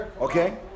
Okay